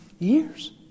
Years